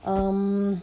um